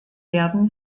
werden